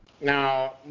Now